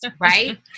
right